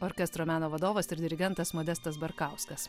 orkestro meno vadovas ir dirigentas modestas barkauskas